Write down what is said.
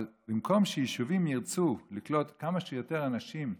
אבל במקום שיישובים ירצו לקלוט כמה שיותר אנשים נוספים,